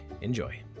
Enjoy